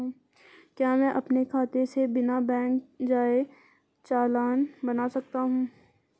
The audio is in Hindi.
क्या मैं अपने खाते से बिना बैंक जाए चालान बना सकता हूँ?